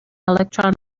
electron